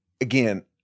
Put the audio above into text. again